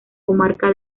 comarca